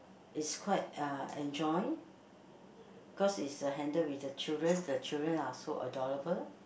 it's quite uh enjoy because is handle with the children the children are so adorable